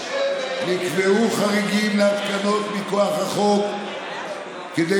נקבעו חריגים לתקנות מכוח החוק כדי